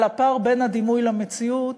על הפער בין הדימוי למציאות.